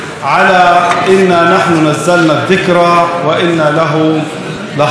"אנחנו הורדנו את הקוראן, ואנו שנשמור עליו".